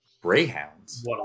Greyhounds